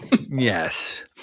Yes